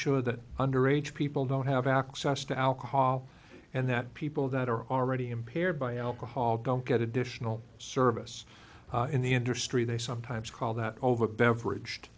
sure that under age people don't have access to alcohol and that people that are already impaired by alcohol don't get additional service in the industry they sometimes call that over beverage